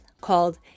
called